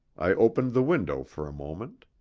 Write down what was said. i opened the window for a moment.